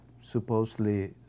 supposedly